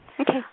Okay